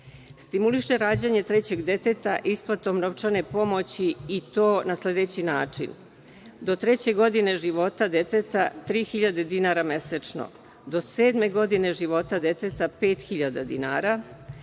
Stimuliše rađanje trećeg deteta isplatom novčane pomoći, i to na sledeći način. Do treće godine života deteta tri hiljade dinara mesečno, do sedme godine života deteta pet hiljada